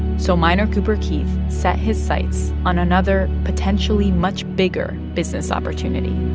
so minor cooper keith set his sights on another potentially much bigger business opportunity